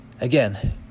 again